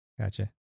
Gotcha